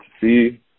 see